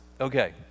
Okay